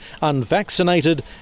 unvaccinated